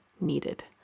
needed